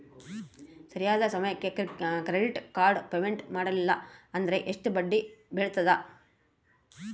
ಸರಿಯಾದ ಸಮಯಕ್ಕೆ credit card payment ಮಾಡಲಿಲ್ಲ ಅಂದ್ರೆ ಎಷ್ಟು ಬಡ್ಡಿ ಬೇಳ್ತದ?